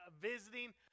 visiting